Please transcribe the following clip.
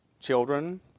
children